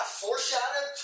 foreshadowed